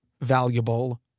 valuable